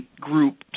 group